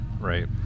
Right